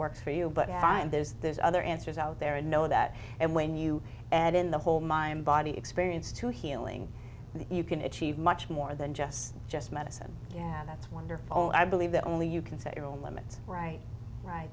works for you but i'm there's there's other answers out there and know that and when you add in the whole mind body experience to healing you can achieve much more than just just medicine yeah that's wonderful i believe that only you can set your own limits right right